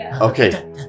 Okay